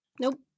Nope